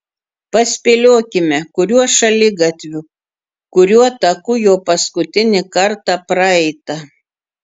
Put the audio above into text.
paspėliokime kuriuo šaligatviu kuriuo taku jo paskutinį kartą praeita